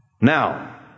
Now